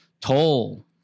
toll